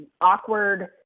awkward